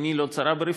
עיני לא צרה ברווחיות,